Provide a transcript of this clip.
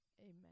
amen